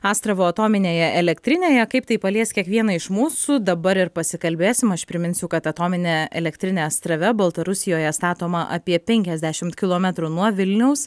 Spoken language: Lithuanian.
astravo atominėje elektrinėje kaip tai palies kiekvieną iš mūsų dabar ir pasikalbėsim aš priminsiu kad atominė elektrinė astrave baltarusijoje statoma apie penkiasdešimt kilometrų nuo vilniaus